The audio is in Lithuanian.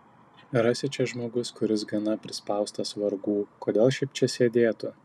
rasi čia žmogus kuris gana prispaustas vargų kodėl šiaip čia sėdėtų